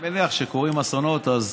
אני מניח שקורים אסונות, אז